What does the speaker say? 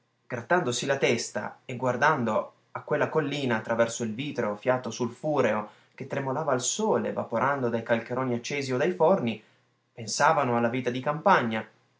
grattandosi la testa e guardando a quella collina attraverso il vitreo fiato sulfureo che tremolava al sole vaporando dai calcheroni accesi o dai forni pensavano alla vita di campagna